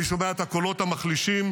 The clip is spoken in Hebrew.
אני שומע את הקולות המחלישים,